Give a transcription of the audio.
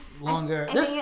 Longer